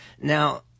Now